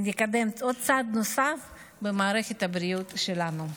ונקדם עוד צעד נוסף במערכת הבריאות שלנו.